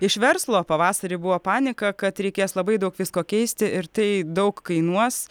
iš verslo pavasarį buvo panika kad reikės labai daug visko keisti ir tai daug kainuos